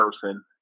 person